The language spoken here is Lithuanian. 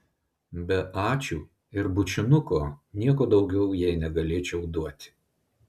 be ačiū ir bučinuko nieko daugiau jai negalėčiau duoti